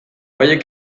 haiek